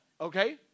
Okay